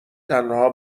تنها